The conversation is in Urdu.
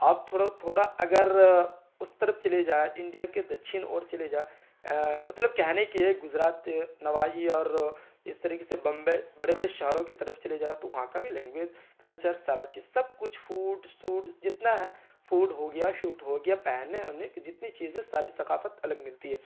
آپ تھوڑا تھوڑا اگر اس طرف چلے جائیں انڈیا کے دچھن اور چلے جائیں مطلب کہنے کی ہے گجرات نواحی اور اس طریقے سے بمبئی بڑے بڑے شہروں کی طرف چلے جاؤ تو وہاں کا بھی لینگویز کلچر سارا چیز سب کچھ فوڈ سوڈ جتنا ہے فوڈ ہو گیا شوٹ ہو گیا پہنے اوڑھنے کی جتنی چیزیں ساری ثقافت الگ ملتی ہیں